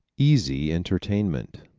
easy entertainment